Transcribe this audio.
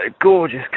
gorgeous